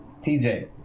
TJ